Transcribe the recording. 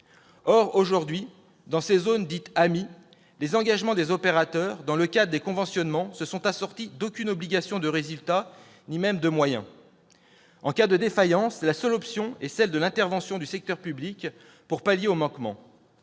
Or, aujourd'hui, dans ces zones dites « AMI », les engagements des opérateurs, dans le cadre des conventionnements, ne sont assortis d'aucune obligation de résultat ni même de moyens. En cas de défaillance, la seule option est celle de l'intervention du secteur public pour pallier les manquements.